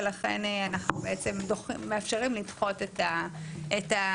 ולכן אנחנו בעצם מאפשרים לדחות את השחרור.